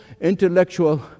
intellectual